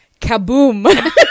kaboom